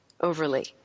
overly